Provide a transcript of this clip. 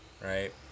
right